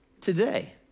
today